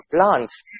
plants